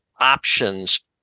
options